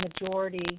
majority